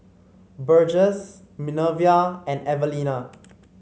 Burgess Minervia and Evalena